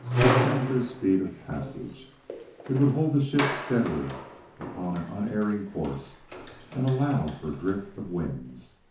would count their speed of passage it would hold the ship steadily upon an unerring course and allow for drift of winds.